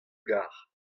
gar